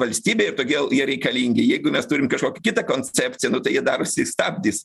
valstybei ir todėl jie reikalingi jeigu mes turim kažkokią kitą koncepciją nu tai jie darosi stabdis